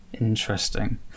Interesting